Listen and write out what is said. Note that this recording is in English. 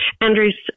andrews